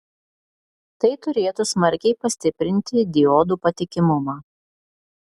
tai turėtų smarkiai pastiprinti diodų patikimumą